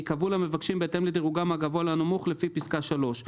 יקבעו למבקשים בהתאם לדירוגם מהגבוה לנמוך לפי פסקה (3);